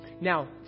Now